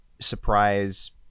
surprise